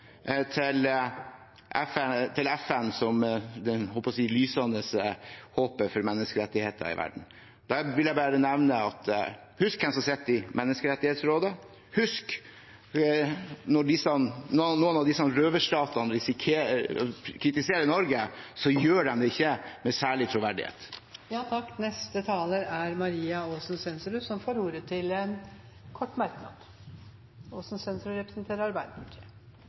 til FN som – jeg holdt på å si – det lysende håpet for menneskerettigheter i verden. Da vil jeg bare nevne: Husk hvem som sitter i Menneskerettighetsrådet, og husk at når noen av disse røverstatene kritiserer Norge, gjør de det ikke med særlig troverdighet. Representanten Marie Aasen-Svensrud har hatt ordet to ganger tidligere og får ordet til en kort merknad, begrenset til 1 minutt. Arbeiderpartiet